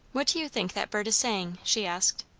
what do you think that bird is saying? she asked.